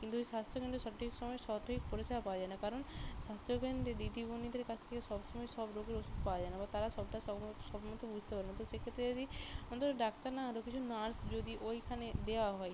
কিন্তু স্বাস্থ্যকেন্দ্রে সঠিক সময়ে সঠিক পরিষেবা পাওয়া যায় না কারণ স্বাস্থ্যকেন্দ্রে দিদিমণিদের কাছ থেকে সব সময় সব রোগের ওষুধ পাওয়া যায় না বা তারা সবটা সহজ সব মতো বুঝতে পারে না তো সেক্ষেত্রে যদি অন্তত ডাক্তার না আরও কিছু নার্স যদি ওইখানে দেওয়া হয়